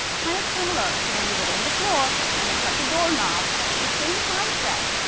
kind of similar to when you roll on the floor and then touch a doorknob. it's the same concept,